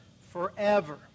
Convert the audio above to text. forever